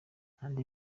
andi